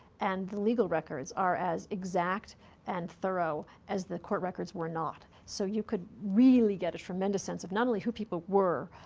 and the legal records are as exact and thorough as the court records were not, so you could really get a tremendous sense of not only who people were,